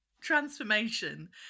transformation